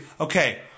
Okay